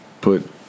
Put